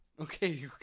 Okay